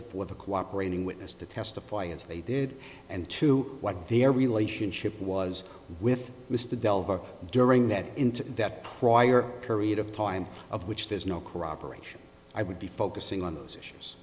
incentive for the cooperating witness to testify as they did and to what their relationship was with mr delver during that into that prior period of time of which there's no corroboration i would be focusing on those issues